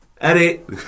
edit